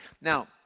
Now